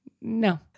No